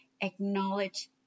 acknowledge